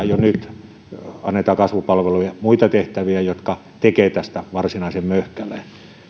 jo nyt annetaan kasvupalvelu ja muita tehtäviä jotka tekevät tästä varsinaisen möhkäleen